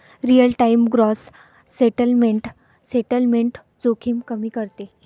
real time gross settlement settlement जोखीम कमी करते